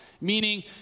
Meaning